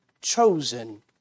chosen